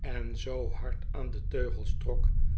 en zoo hard aan de teugels trok